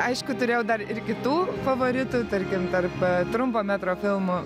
aišku turėjau dar ir kitų favoritų tarkim tarp trumpo metro filmų